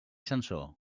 sansor